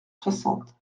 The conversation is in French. soixante